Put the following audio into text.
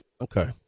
Okay